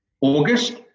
August